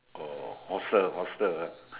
oh hostel hostel ah